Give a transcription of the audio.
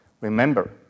Remember